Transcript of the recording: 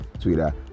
Twitter